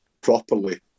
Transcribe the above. properly